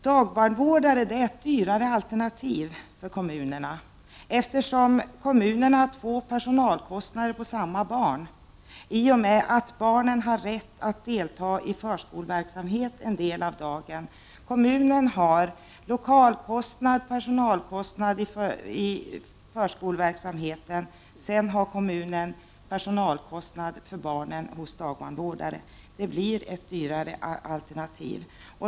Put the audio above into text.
Dagbarnvårdare är ett dyrare alternativ för kommunerna, eftersom kommunerna får dubbla kostnader för samma barn på grund av att barn hos dagbarnvårdare har rätt att delta i förskoleverksamhet en del av dagen. Kommunen har lokalkostnader och personalkostnader för förskoleverksamheten och dessutom kostnader för dagbarnvårdaren. Det blir därför ett dyrare alternativ.